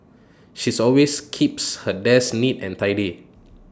she's always keeps her desk neat and tidy